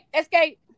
escape